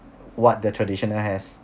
what the traditional has